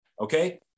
Okay